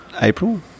april